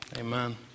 Amen